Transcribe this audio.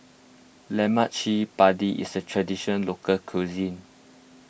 Lemak Cili Padi is a Traditional Local Cuisine